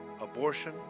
abortion